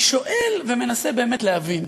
אני שואל ומנסה באמת להבין,